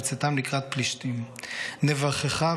/ בצאתם לקראת פלישתים / 'נברכך ,